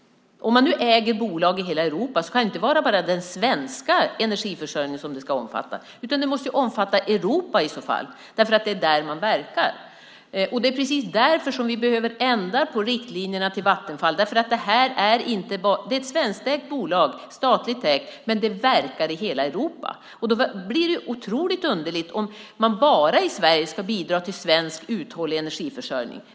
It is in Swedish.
Om man nu äger bolag i hela Europa kan det inte bara vara den svenska energiförsörjningen som riktlinjerna ska omfatta. De måste ju omfatta Europa i så fall, därför att det är där man verkar. Det är precis därför som vi behöver ändra på riktlinjerna till Vattenfall. Det är ett svenskägt bolag, statligt ägt, men det verkar i hela Europa. Då blir det otroligt underligt om man bara ska bidra till svensk uthållig energiförsörjning.